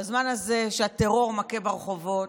בזמן הזה שהטרור מכה ברחובות.